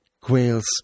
quails